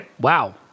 Wow